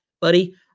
buddy